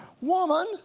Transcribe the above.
woman